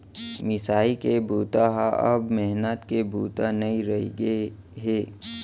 मिसाई के बूता ह अब मेहनत के बूता नइ रहि गे हे